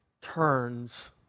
turns